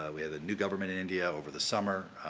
ah we had a new government in india over the summer.